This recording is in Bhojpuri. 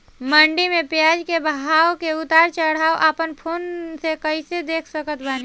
मंडी मे प्याज के भाव के उतार चढ़ाव अपना फोन से कइसे देख सकत बानी?